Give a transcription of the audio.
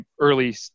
early